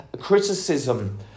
criticism